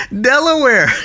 Delaware